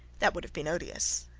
that would have been odious.